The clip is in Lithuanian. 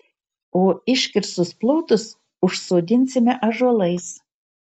o iškirstus plotus užsodinsime ąžuolais